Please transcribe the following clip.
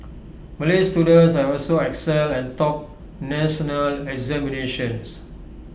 Malay students have also excelled and topped national examinations